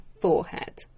forehead